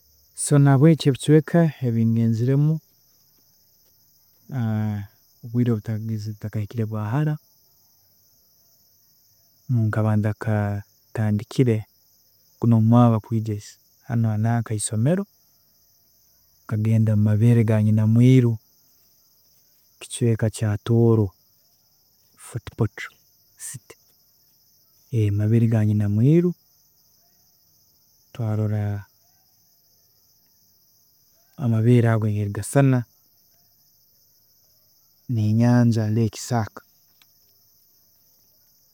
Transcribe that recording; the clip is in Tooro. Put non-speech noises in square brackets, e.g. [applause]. ﻿So nahabwekyo ebicweeka ebi ngenziremu [hesitation] obwiire butakahikire bwahara, nkaba ntakatandikire gunu omwaaka kwiija hanu ha nanka haisomero, nkagenda mumabeere ganyina omwiiru, mukicweeka kya Tooro Fort Portal city, amabeere ga nyina omwiiru twarola amabeere ago engeri gaisana n'enyanja lake saaka